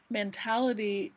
mentality